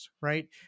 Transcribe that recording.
right